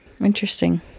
Interesting